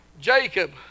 Jacob